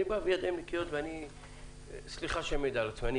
אני בא בידיים נקיות וסליחה שאני מעיד על עצמי אבל אני